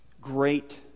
great